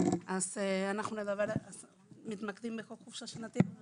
אנחנו מתמקדים בחוק חופשה שנתית.